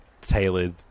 tailored